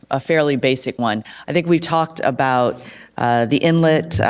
a fairly basic one. i think we've talked about the inlet,